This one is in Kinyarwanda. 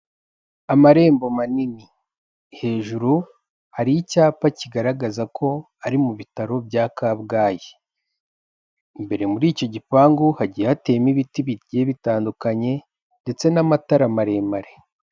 Amarembo manini hejuru hari icyapa kigaragaza ko ari mu bitaro bya Kabgayi, imbere muri icyi gipangu hagiye hateyemo ibiti bitandukanye ndetse n'amatara maremare.